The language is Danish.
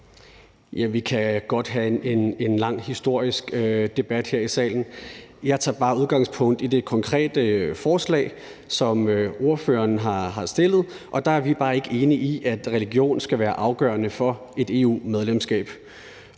Vi kan godt have en lang historisk debat her i salen. Jeg tager bare udgangspunkt i det konkrete forslag, som ordføreren har fremsat, og vi er bare ikke enige i, at religion skal være afgørende for et EU-medlemskab.